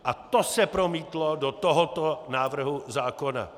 A to se promítlo do tohoto návrhu zákona.